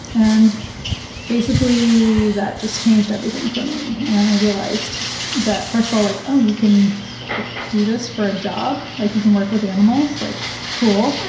and basically that just changed everything for me. and i realized that first of all, like oh, you can like do this for a job? like, you can work with animals? like cool!